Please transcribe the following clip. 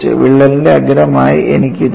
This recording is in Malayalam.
വിള്ളലിന്റെ അഗ്രമായി എനിക്ക് ഇത് ഉണ്ട്